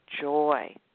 joy